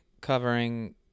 covering